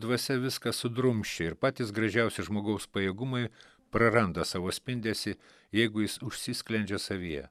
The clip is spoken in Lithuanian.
dvasia viską sudrumsčia ir patys gražiausi žmogaus pajėgumai praranda savo spindesį jeigu jis užsisklendžia savyje